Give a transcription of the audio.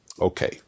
Okay